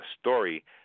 story